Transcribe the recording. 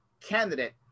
candidate